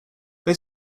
they